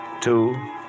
Two